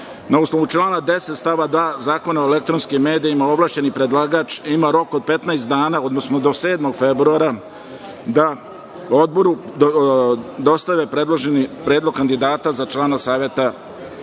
osnovu člana 10. stav 2. Zakona o elektronskim medijima, ovlašćeni predlagač ima rok od 15 dana, odnosno do 7. februara da odboru dostave predloženi predlog kandidata za člana Saveta